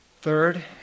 Third